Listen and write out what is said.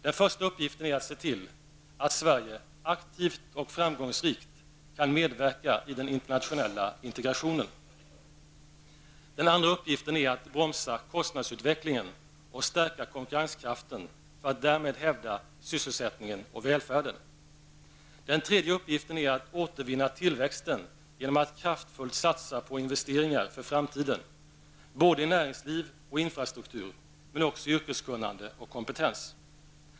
Den första uppgiften är att se till att Sverige aktivt och framgångsrikt kan medverka i den internationella integrationen. Den andra uppgiften är att bromsa kostnadsutvecklingen och stärka konkurrenskraften för att därmed hävda sysselsättningen och välfärden. Den tredje uppgiften är att återvinna tillväxten genom att kraftfullt satsa på investeringar för framtiden, både i näringsliv och i infrastruktur, men också i yrkeskunnande och kompetens.